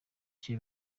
cye